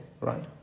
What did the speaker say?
right